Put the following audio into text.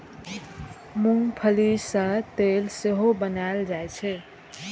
मूंंगफली सं तेल सेहो बनाएल जाइ छै